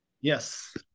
Yes